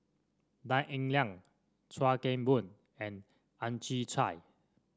Tan Eng Liang Chuan Keng Boon and Ang Chwee Chai